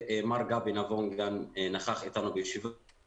ומר גבי נבון גם נכח איתנו בישיבה